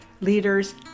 leaders